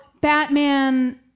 Batman